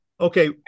Okay